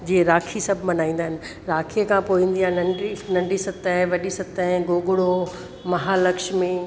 जीअं राखी सभु मल्हाईंदा आहिनि राखीअ खां पोइ ईंदी आहे नंढी नंढी सते वॾी सते गोगिड़ो महालक्ष्मी